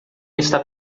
está